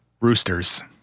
roosters